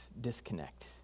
disconnect